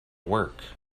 work